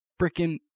freaking